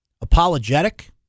apologetic